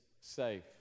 safe